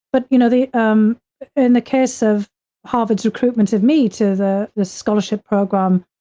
but you know, they, um in the case of harvard's recruitment of me to the the scholarship program,